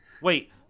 Wait